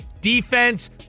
Defense